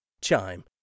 Chime